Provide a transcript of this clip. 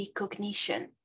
recognition